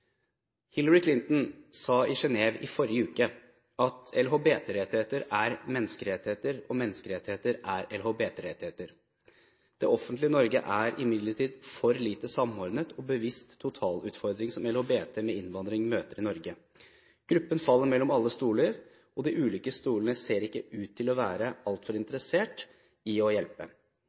sa i Genève i forrige uke at LHBT-rettigheter er menneskerettigheter, og menneskerettigheter er LHBT-rettigheter. Det offentlige Norge er imidlertid for lite samordnet og bevisst totalutfordringene som LHBT-personer med innvandrerbakgrunn møter i Norge. Gruppen faller mellom alle stoler, og de ulike stolene ser ikke ut til å være altfor interesserte i å hjelpe.